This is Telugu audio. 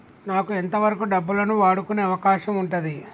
నాకు ఎంత వరకు డబ్బులను వాడుకునే అవకాశం ఉంటది?